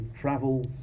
travel